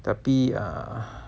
tapi err